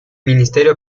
ministerio